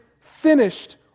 finished